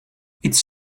its